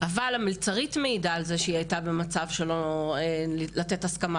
אבל המלצרית מעידה על זה שהיא הייתה במצב שלא לתת הסכמה,